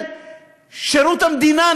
את האנשים של שירות המדינה,